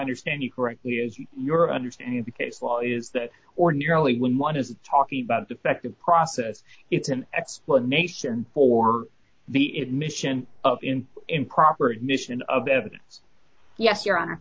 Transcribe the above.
understand you correctly is your understanding of the case law is that ordinarily when one is talking about defective process it's an explanation for the it mission of in improper admission of evidence yes your honor